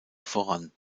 voran